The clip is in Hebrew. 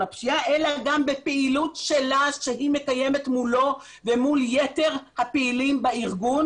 הפשיעה אלא גם בפעילות שלה שהיא מקיימת מולו ומול יתר הפעילים בארגון